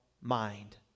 mind